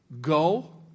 Go